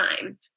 time